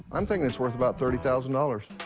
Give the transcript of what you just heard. i'm thinking it's worth about thirty thousand dollars.